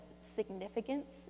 significance